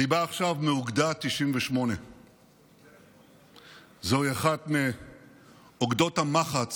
אני בא עכשיו מאוגדה 98. זוהי אחת מאוגדות המחץ